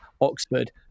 Oxford